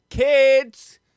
Kids